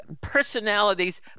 personalities